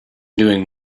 doing